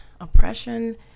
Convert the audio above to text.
oppression